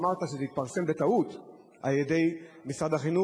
אמרת שזה התפרסם בטעות על-ידי משרד החינוך,